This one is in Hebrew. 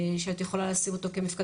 בשנת 2023 יש הסכם שמסתיים עם חברה